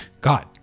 God